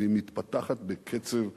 והיא מתפתחת בקצב מדהים.